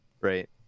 Right